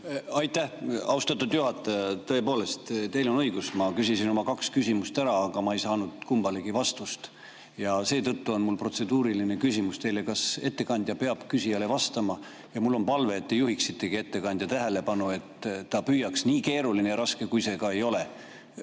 Aitäh, austatud juhataja! Tõepoolest, teil on õigus, ma küsisin kaks küsimust ära, aga ma ei saanud kummalegi vastust. Ja seetõttu on mul protseduuriline küsimus teile, kas ettekandja peab küsijale vastama. Ja mul on palve, et te juhiksite ettekandja tähelepanu, et ta püüaks, nii keeruline ja raske, kui see ka ei ole,